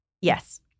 Yes